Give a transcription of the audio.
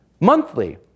Monthly